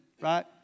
Right